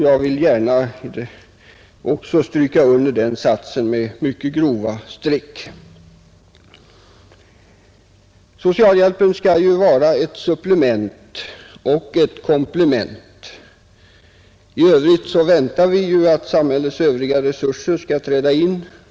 Jag vill gärna också stryka under den satsen med mycket grova streck. Socialhjälpen skall ju vara ett supplement och ett komplement. I övrigt väntar vi ju att samhällets övriga resurser skall träda in.